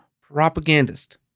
propagandist